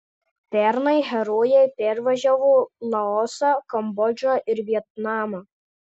pernai herojai pervažiavo laosą kambodžą ir vietnamą